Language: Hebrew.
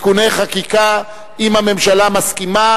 אין נמנעים.